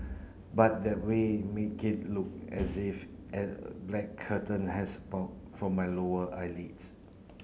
but that way make it look as if a black curtain has sprout from my lower eyelids